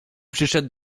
przyszedł